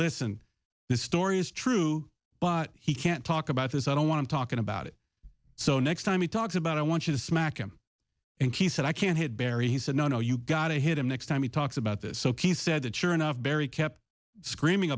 listen this story is true but he can't talk about this i don't want to talking about it so next time he talks about i want to smack him and he said i can't hit barry he said no no you gotta hit him next time he talks about this so he said that sure enough barry kept screaming